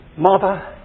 Mother